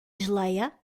geléia